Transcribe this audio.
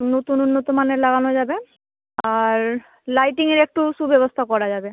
নতুন উন্নত মানের লাগানো যাবে আর লাইটিংয়ের একটু সুব্যবস্থা করা যাবে